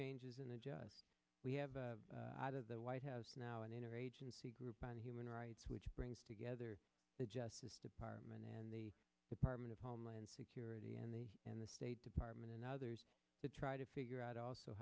changes in the job we have out of the white house now an interagency group on human rights which brings together the justice department and the department of homeland security and the and the state department and others to try to figure out also